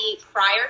prior